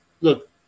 Look